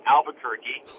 Albuquerque